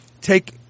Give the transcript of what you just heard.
take